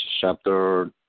chapter